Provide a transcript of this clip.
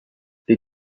les